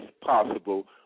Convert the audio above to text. possible